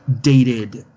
Dated